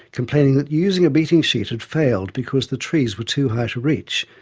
complaining that using a beating sheet had failed because the trees were too high to reach,